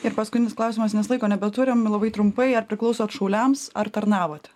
ir paskutinis klausimas nes laiko nebeturim labai trumpai ar priklausot šauliams ar tarnavote